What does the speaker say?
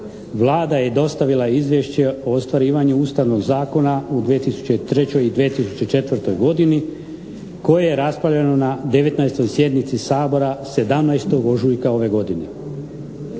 Vlada je i dostavila Izvješće o ostvarivanju Ustavnog zakona u 2003. i 2004. godini koje je raspravljeno na 19. sjednici Sabora 17. ožujka ove godine.